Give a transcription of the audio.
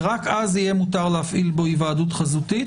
רק אז יהיה מותר להפעיל בו היוועדות חזותית,